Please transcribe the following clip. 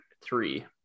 three